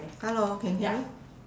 hello can hear me